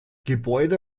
gebäude